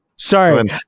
Sorry